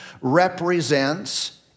represents